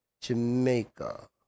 Jamaica